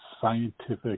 scientific